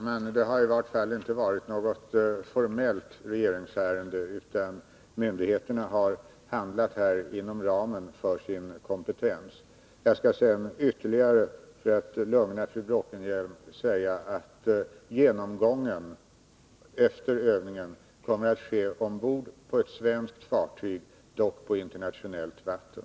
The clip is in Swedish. Fru talman! Det har i vart fall inte varit något formellt regeringsärende, utan myndigheterna har här handlat inom ramen för sin kompetens. För att ytterligare lugna fru Bråkenhielm kan jag säga att genomgången efter övningen kommer att ske ombord på ett svenskt fartyg, dock på internationellt vatten.